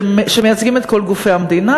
"שמייצגים את כל גופי המדינה.